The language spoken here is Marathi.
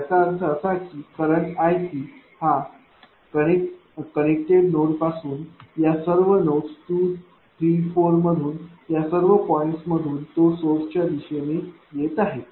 याचा अर्थ असा की करंट iC हा कनेक्ट नोड पासून या सर्व नोडस् 2 3 4 मधून या सर्व पॉईंटस् मधून तो सोर्स च्या दिशेने येत आहे